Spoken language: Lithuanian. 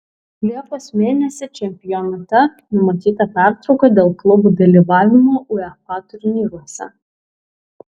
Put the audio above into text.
liepos mėnesį čempionate numatyta pertrauka dėl klubų dalyvavimo uefa turnyruose